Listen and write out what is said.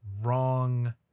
wrong